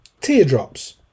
Teardrops